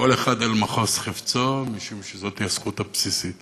כל אחד אל מחוז חפצו, משום שזוהי הזכות הבסיסית.